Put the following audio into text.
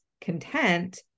content